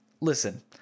listen